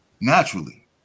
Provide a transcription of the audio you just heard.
naturally